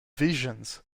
visions